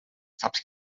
saps